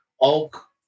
Oak